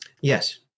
Yes